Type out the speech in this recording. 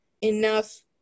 enough